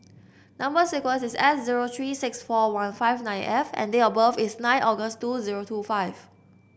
number sequence is S zero three six four one five nine F and date of birth is nine August two zero two five